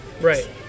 Right